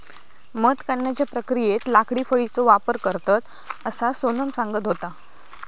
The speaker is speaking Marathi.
मध काढण्याच्या प्रक्रियेत लाकडी फळीचो वापर करतत, असा सोनम सांगत होता